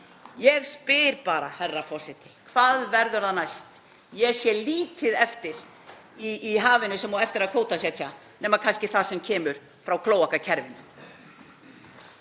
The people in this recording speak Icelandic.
Ég spyr bara, herra forseti: Hvað verður það næst? Ég sé lítið eftir í hafinu sem á eftir að kvótasetja nema kannski það sem kemur frá klóakkerfinu.